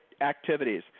activities